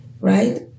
right